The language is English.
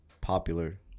popular